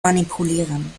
manipulieren